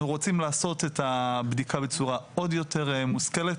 אנחנו רוצים לעשות את הבדיקה בצורה עוד יותר מושכלת.